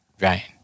Right